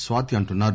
స్వాతి అంటున్నారు